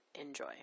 Enjoy